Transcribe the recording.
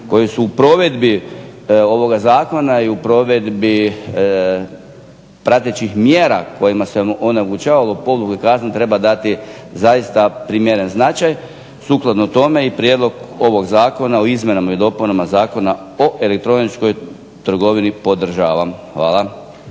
koji su u provedbi ovoga Zakona i u provedbi pratećih mjera kojima se onemogućavalo, … kazne treba dati primjeren značaj sukladno tome i prijedlog ovog zakona o izmjenama i dopunama Zakona o elektroničkoj trgovini podržavam. Hvala.